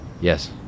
Yes